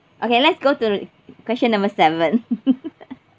okay let's go to the question number seven